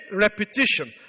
repetition